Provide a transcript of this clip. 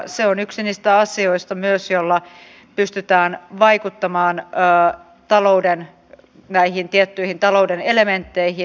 se on myös yksi niistä asioista joilla pystytään vaikuttamaan näihin tiettyihin talouden elementteihin